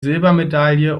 silbermedaille